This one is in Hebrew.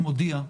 מודיע.